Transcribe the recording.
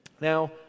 Now